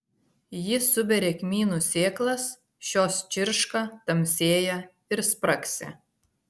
ji suberia kmynų sėklas šios čirška tamsėja ir spragsi